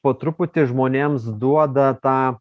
po truputį žmonėms duoda tą